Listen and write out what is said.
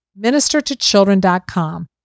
ministertochildren.com